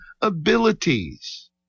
abilities